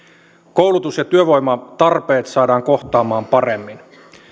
koulutus ja työvoimatarpeet saadaan kohtaamaan paremmin